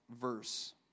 verse